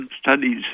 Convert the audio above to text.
studies